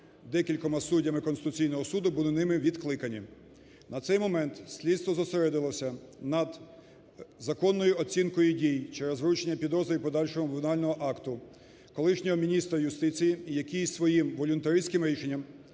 декількома суддями Конституційного Суду, були ними відкликані. На цей момент слідство зосередилось над законною оцінкою дій через вручення підозри і подальшого обвинувального акту колишньому міністру юстиції, який своїм волюнтаристським рішенням